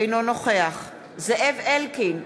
אינו נוכח זאב אלקין,